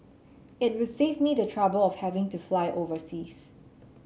it save me the trouble of having to fly overseas